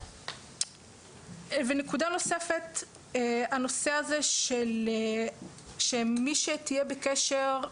נקודה נוספת, הנושא הזה שמי שתהיה בקשר,